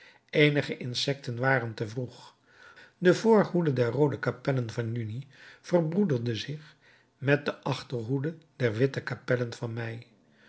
eenige insecten waren te vroeg de voorhoede der roode kapellen van juni verbroederde zich met de achterhoede der witte kapellen van mei